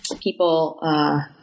people